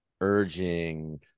urging